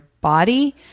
body